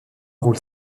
rôle